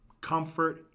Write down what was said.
comfort